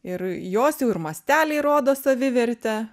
ir jos jau ir masteliai rodo savivertę